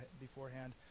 beforehand